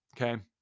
Okay